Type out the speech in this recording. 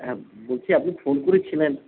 হ্যাঁ বলছি আপনি ফোন করেছিলেন